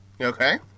Okay